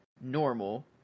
normal